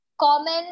common